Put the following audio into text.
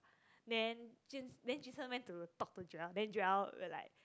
then jun~ jun sheng went to talk to Joel then Joel will like